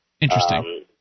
Interesting